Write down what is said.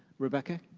rebecca?